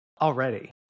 already